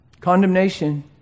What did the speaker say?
condemnation